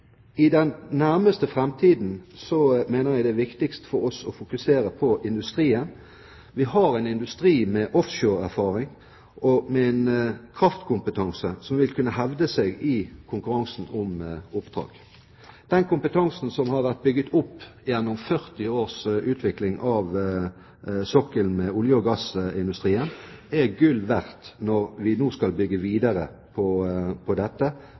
i den nærmeste framtiden mener jeg det er viktigst for oss å fokusere på industrien. Vi har en industri med offshoreerfaring og kraftkompetanse som vil kunne hevde seg i konkurransen om oppdrag. Den kompetansen som har vært bygd opp gjennom 40 års utvikling av sokkelen i olje- og gassindustrien, er gull verdt når vi nå skal bygge videre på dette